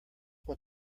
what